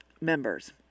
members